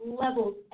levels